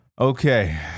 Okay